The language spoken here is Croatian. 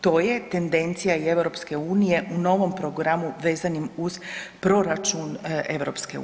To je tendencija i EU u novom programu vezanim uz proračun EU.